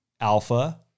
Alpha